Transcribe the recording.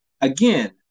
Again